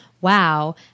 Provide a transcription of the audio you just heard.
wow